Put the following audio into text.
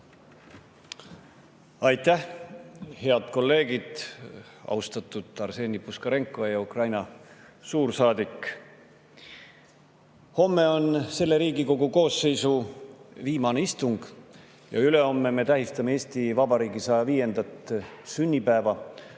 Aitäh! Head kolleegid! Austatud Arseni Puškarenko ja Ukraina suursaadik! Homme on selle Riigikogu koosseisu viimane istung ja ülehomme me tähistame Eesti Vabariigi 105. sünnipäeva,